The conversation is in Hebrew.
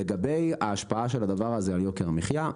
לגבי ההשפעה של הדבר הזה על יוקר המחיה.